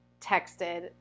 texted